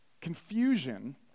confusion